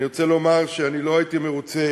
אני רוצה לומר שאני לא הייתי מרוצה